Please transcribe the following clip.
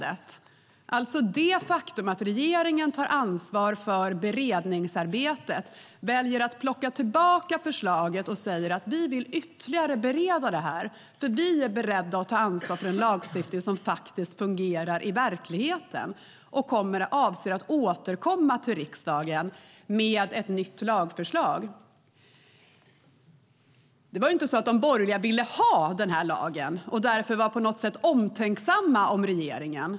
Det handlar alltså om det faktum att regeringen tar ansvar för beredningsarbetet, väljer att plocka tillbaka förslaget och säger: Vi vill ytterligare bereda detta, för vi är beredda att ta ansvar för en lagstiftning som fungerar i verkligheten, och vi avser att återkomma till riksdagen med ett nytt lagförslag. Det var inte så att de borgerliga ville ha lagen och därför på något sätt var omtänksamma om regeringen.